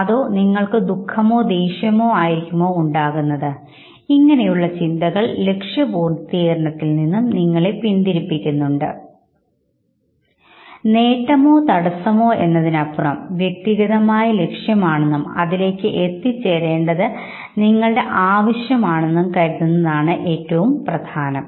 അതോ നിങ്ങൾക്ക് ദുഃഖമോ ദേഷ്യമോ ആയിരിക്കുമോ ഉണ്ടാകുന്നത് ഇങ്ങനെയുള്ള ചിന്തകൾ ലക്ഷ്യപൂർത്തീകരണത്തിൽ നിങ്ങളെ പിന്തിരിപ്പിക്കുന്നു നേട്ടമോ തടസ്സമോ എന്നതിനപ്പുറം നിങ്ങളുടെ വ്യക്തിഗതമായ ലക്ഷ്യം ആണെന്നും അതിലേക്ക് എത്തിച്ചേരേണ്ടത് നിങ്ങളുടെ ആവശ്യമാണെന്നും കരുതുന്നതാണ് ഏറ്റവും പ്രധാനം